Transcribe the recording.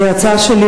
ההצעה שלי,